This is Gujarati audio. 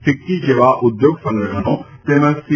ફિક્કી જેવા ઉઘ્ઘોગ સંગઠનો તેમજ સી